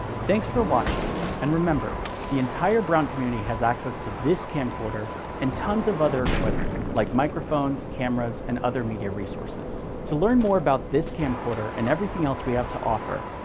thanks for watching and remember, the entire brown community has access to this camcorder and tons of other equipment like microphones, cameras, and other media resources. to learn more about this camcorder and everything else we have to offer,